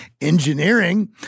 engineering